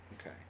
Okay